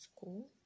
school